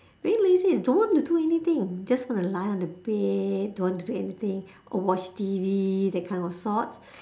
being lazy is don't want to do anything just want to lie on the bed don't want to do anything or watch T_V that kind of thoughts